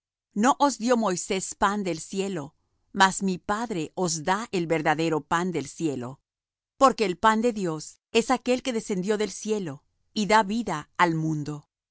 no os dió moisés pan del cielo mas mi padre os da el verdadero pan del cielo porque el pan de dios es aquel que descendió del cielo y da vida al mundo